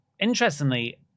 interestingly